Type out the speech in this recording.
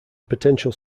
potential